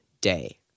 Day